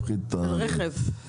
תעודת מקור.